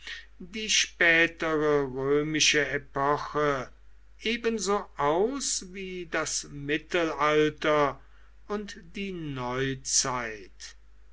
die spätere römische epoche ebenso aus wie das mittelalter und die neuzeit